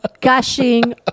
gushing